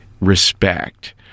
respect